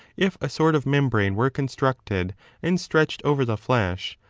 if a sort of membrane were constructed and stretched over the flesh,